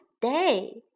day